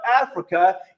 Africa